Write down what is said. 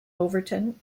overton